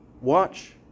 Watch